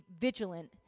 vigilant